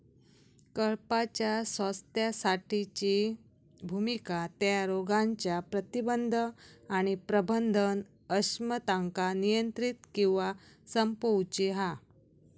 कळपाच्या स्वास्थ्यासाठीची भुमिका त्या रोगांच्या प्रतिबंध आणि प्रबंधन अक्षमतांका नियंत्रित किंवा संपवूची हा